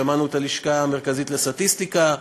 שמענו את הלשכה המרכזית לסטטיסטיקה,